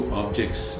objects